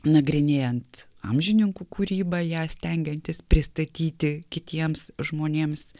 nagrinėjant amžininkų kūrybą ją stengiantis pristatyti kitiems žmonėms